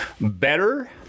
better